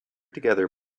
together